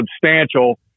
substantial